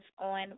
on